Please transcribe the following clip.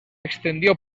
extendió